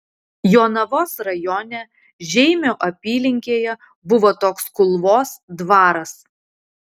jonavos rajone žeimio apylinkėje buvo toks kulvos dvaras